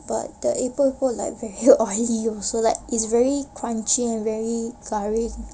but the epok-epok like very oily also like it's very crunchy and very garing